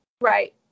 right